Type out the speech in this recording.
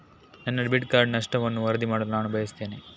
ನನ್ನ debit card ನಷ್ಟವನ್ನು ವರದಿ ಮಾಡಲು ನಾನು ಬಯಸ್ತೆನೆ